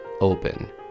open